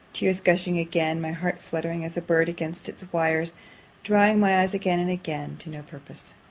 tears gushing again, my heart fluttering as a bird against its wires drying my eyes again and again to no purpose.